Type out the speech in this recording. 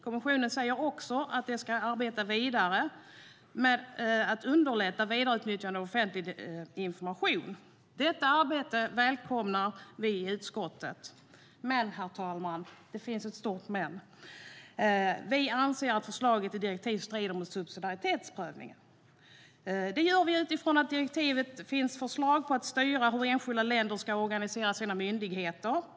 Kommissionen säger också att den ska arbeta vidare med att underlätta vidareutnyttjande av offentlig information. Detta arbete välkomnar vi i utskottet. Men, herr talman, det finns ett stort men: Vi anser att förslaget till direktiv strider mot subsidiaritetsprövningen. Det gör vi utifrån att det i direktivet finns förslag på att styra hur enskilda länder ska organisera sina myndigheter.